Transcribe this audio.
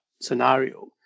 scenario